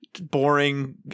Boring